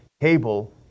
cable